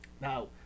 Now